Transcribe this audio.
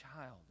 child